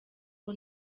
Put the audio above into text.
nko